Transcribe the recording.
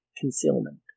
concealment